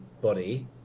body